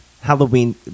Halloween